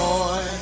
Boy